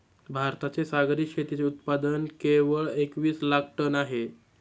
भारताचे सागरी शेतीचे उत्पादन केवळ एकवीस लाख टन आहे